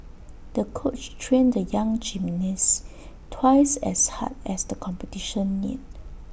the coach trained the young gymnast twice as hard as the competition neared